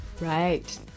Right